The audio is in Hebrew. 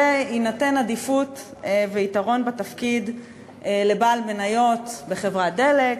זה ייתן עדיפות ויתרון בתפקיד לבעל מניות בחברת "דלק"